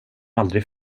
aldrig